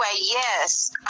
yes